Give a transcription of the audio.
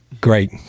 great